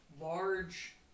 large